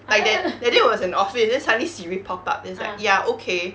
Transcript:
like that that day was in office the suddenly siri pop up then it's like ya okay